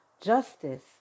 Justice